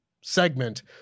segment